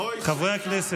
חברי הכנסת,